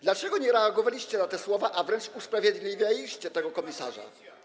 Dlaczego nie reagowaliście na te słowa, a wręcz usprawiedliwialiście tego komisarza?